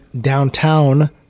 downtown